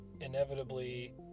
inevitably